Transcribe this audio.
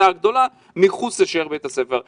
והגדולה מחוץ לשער בית הספר,